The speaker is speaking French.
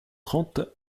trente